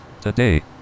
Today